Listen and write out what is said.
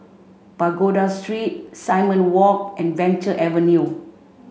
Pagoda Street Simon Walk and Venture Avenue